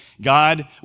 God